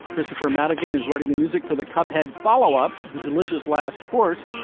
christopher maddigan is writing the music for the cup, had follow up the delicious last course,